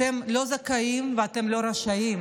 אתם לא זכאים ואתם לא רשאים,